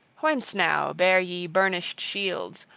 whence, now, bear ye burnished shields,